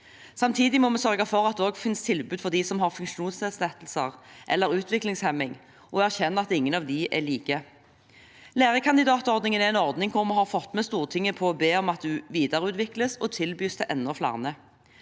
Samtidig må vi sørge for at det også finnes tilbud for dem som har funksjonsnedsettelser eller utviklingshemning, og erkjenne at ingen av dem er like. Lærekandidatordningen er en ordning vi har fått Stortinget med på å be om at videreutvikles og tilbys til enda flere.